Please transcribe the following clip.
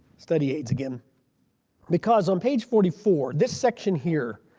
study aids again because on page forty four this section here